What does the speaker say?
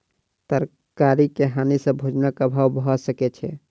तरकारी के हानि सॅ भोजनक अभाव भअ सकै छै